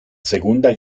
segunda